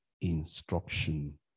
instruction